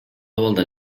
абалда